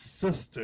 sister